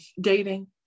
dating